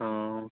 ہاں